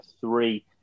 three